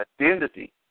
identity